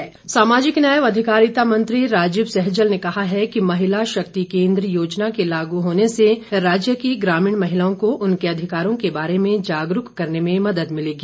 सैजल सामाजिक न्याय व अधिकारिता मंत्री राजीव सैजल ने कहा है कि महिला शक्ति केन्द्र योजना के लागू होने से राज्य की ग्रामीण महिलाओं को उनके अधिकारों के बारे में जागरूक करने में मदद मिलेगी